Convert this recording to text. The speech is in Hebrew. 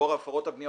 לאור הפרות הבנייה,